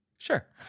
Sure